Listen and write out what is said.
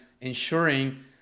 ensuring